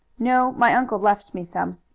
no my uncle left me some.